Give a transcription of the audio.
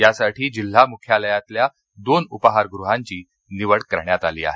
यासाठी जिल्हा मुख्यालयातल्या दोन उपहारगृहांची निवड करण्यात आली आहे